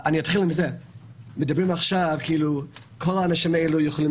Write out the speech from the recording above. מדברים על כך שכל האנשים האלה יכולים